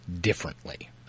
differently